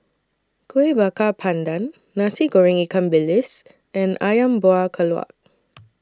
Kueh Bakar Pandan Nasi Goreng Ikan Bilis and Ayam Buah Keluak